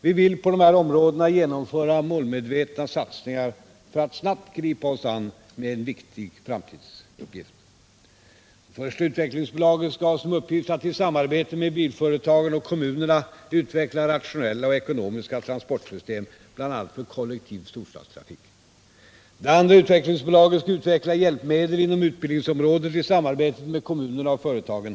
Vi vill på dessa områden genomföra målmedvetna satsningar för att snabbt gripa oss an med en viktig framtidsuppgift. Det första utvecklingsbolaget skall ha som uppgift att i samarbete med bilföretagen och kommunerna utveckla rationella och ekonomiska transportsystem, bl.a. för kollektiv storstadstrafik. Det andra utvecklingsbolaget skall utveckla hjälpmedel inom utbildningsområdet i samarbete med kommunerna och företagen.